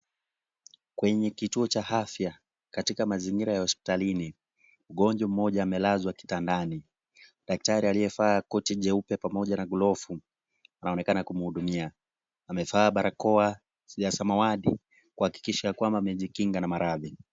Kwenye kituo cha afya katika mazingira ya hospitalini, mgonjwa mmoja amelazwa kitandani. Daktari aliyevaa koti jeupe pamoja na glovu anaonekana kumhudumia. Amevaa barakoa ya samawati kuhakikisha ya kwamba amejikinga na maradhi.